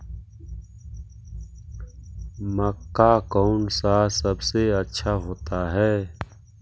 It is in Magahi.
मक्का कौन सा सबसे अच्छा होता है?